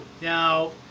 Now